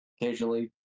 Occasionally